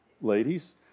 ladies